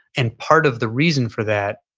and part of the reason for that,